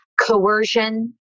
coercion